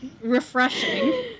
Refreshing